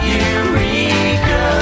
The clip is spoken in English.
Eureka